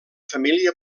família